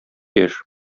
яшь